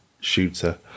shooter